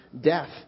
death